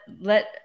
let